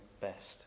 best